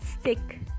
stick